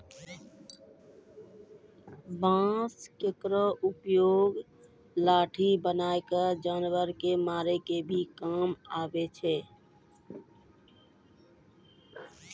बांस केरो उपयोग लाठी बनाय क जानवर कॅ मारै के भी काम आवै छै